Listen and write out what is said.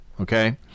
Okay